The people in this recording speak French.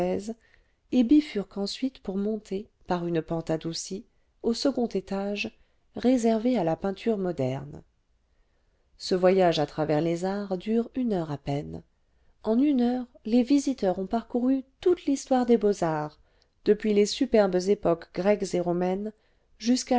et bifurque ensuite pour monter par une pente adoucie au second étage réservé à la peinture moderne ce voyage à travers les arts dure une heure à peine en une heure les visiteurs ont parcouru toute l'histoire des beaux-arts depuis les superbes époques grecques et romaines jusqu'à